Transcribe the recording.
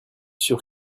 sûr